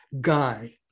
guy